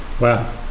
Wow